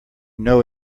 know